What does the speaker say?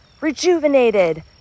rejuvenated